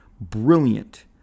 brilliant